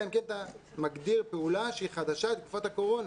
אלא אם כן אתה מגדיר פעולה שהיא חדשה לתקופת הקורונה.